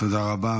תודה רבה.